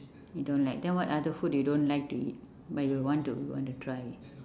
you don't like then what other food you don't like to eat but you want to you want to try it